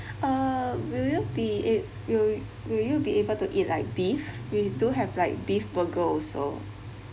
uh will you be it yo~ will you be able to eat like beef we do have like beef burger also